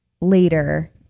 later